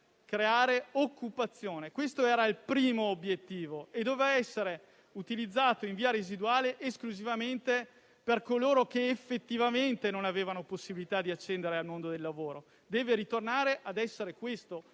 giallo-verde. Questo era il primo obiettivo e dovrà essere utilizzato in via residuale esclusivamente per coloro che effettivamente non avevano possibilità di accedere al mondo del lavoro. Deve ritornare ad essere questo o deve